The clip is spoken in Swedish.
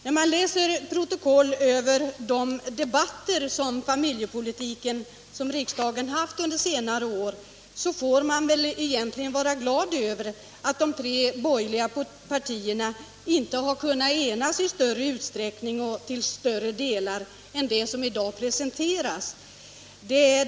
När man läser protokoll från de debatter om familjepolitiken som förts i riksdagen under senare år finner man att man nog egentligen bör vara glad över att de borgerliga partierna inte har kunnat enas i större ut sträckning än som framgår av det som i dag presenteras.